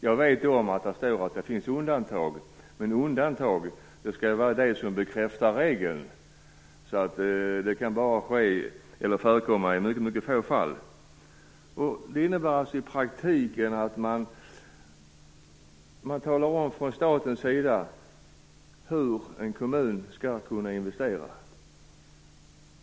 Jag vet att det står att det finns undantag, men undantag skall ju vara det som bekräftar regeln, så det kan bara förekomma i ytterst få fall. Det här innebär i praktiken att man från statens sida talar om för en kommun hur den skall investera.